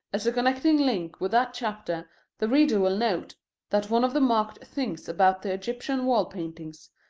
as a connecting link with that chapter the reader will note that one of the marked things about the egyptian wall-paintings,